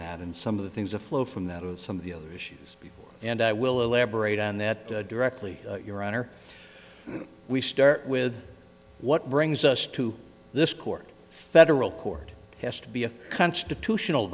that and some of the things to flow from that and some of the other issues and i will elaborate on that directly your honor we start with what brings us to this court federal court has to be a constitutional